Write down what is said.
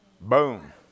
Boom